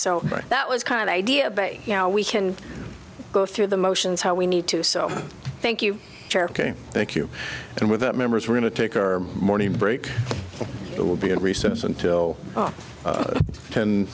so that was kind of idea but you know we can go through the motions how we need to so thank you thank you and with members we're going to take your morning break it will be in recess until